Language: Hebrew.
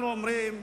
אנחנו אומרים: